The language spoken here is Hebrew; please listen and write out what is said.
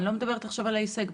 אני לא מדברת כרגע על ההישג.